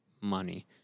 money